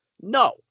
no